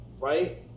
right